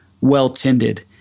well-tended